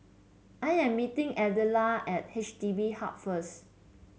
I am meeting Adela at H D B Hub first